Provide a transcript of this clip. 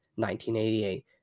1988